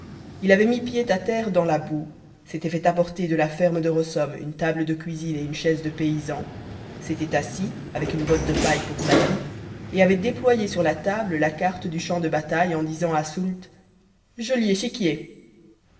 il avait mis pied à terre dans la boue s'était fait apporter de la ferme de rossomme une table de cuisine et une chaise de paysan s'était assis avec une botte de paille pour tapis et avait déployé sur la table la carte du champ de bataille en disant à soult joli échiquier